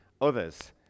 others